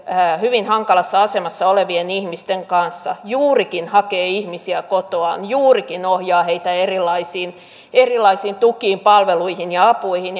hyvin hankalassa asemassa olevien ihmisten kanssa juurikin hakee ihmisiä heidän kotoaan juurikin ohjaa heitä erilaisiin erilaisiin tukiin palveluihin ja apuihin